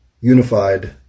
unified